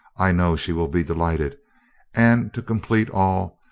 i know she will be delighted and to complete all,